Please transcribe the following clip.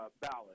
ballot